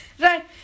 right